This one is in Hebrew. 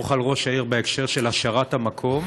ללסמוך על ראש העיר בהקשר של השארת המקום?